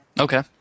Okay